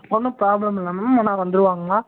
ஒன்றும் ப்ராப்ளம் இல்லை மேம் ஆனால் வந்துடுவாங்களா